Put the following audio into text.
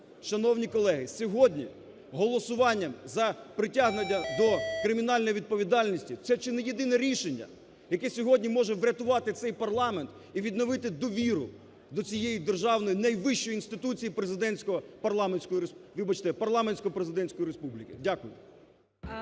Шановні колеги, сьогодні голосуванням за притягнення до кримінальної відповідальності – це чи не єдине рішення, яке сьогодні може врятувати цей парламент і відновити довіру до цієї державної найвищої інституції президентської… вибачте, парламентсько-президентської республіки. Дякую.